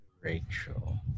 Rachel